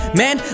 man